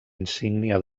insígnia